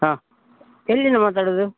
ಹಾಂ ಎಲ್ಲಿಂದ ಮಾತಾಡೋದು